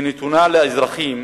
שנתונה לאזרחים